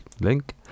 link